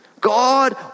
God